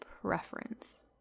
preference